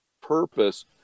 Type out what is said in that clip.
purpose